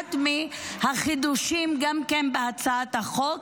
אחד מהחידושים גם כן בהצעת החוק,